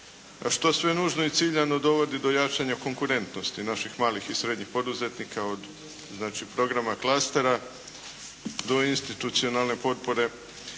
što sve nužno i ciljano dovodi do jačanja konkurentnosti naših malih i srednjih poduzetnika od znači programa klastera do institucionalne potpore